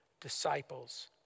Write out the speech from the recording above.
disciples